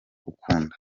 ukunda